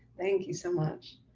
thank you so much.